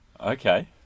Okay